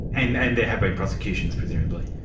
and and there have been prosecutions presumably?